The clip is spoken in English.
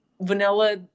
vanilla